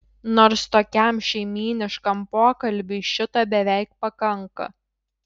nors tokiam šeimyniškam pokalbiui šito beveik pakanka